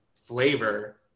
flavor